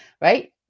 Right